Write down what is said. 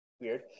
weird